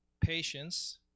patience